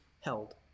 held